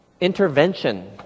intervention